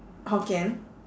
hokkien